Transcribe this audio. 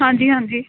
ਹਾਂਜੀ ਹਾਂਜੀ